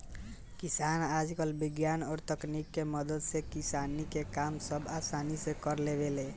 किसान आजकल विज्ञान और तकनीक के मदद से किसानी के काम सब असानी से कर लेवेले